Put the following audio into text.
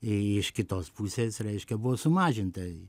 iš kitos pusės reiškia buvo sumažinta